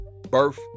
Birth